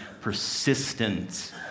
persistent